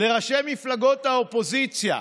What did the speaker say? לראשי מפלגות האופוזיציה.